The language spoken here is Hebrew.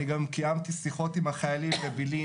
אני גם קיימתי שיחות עם החיילים בבלעין,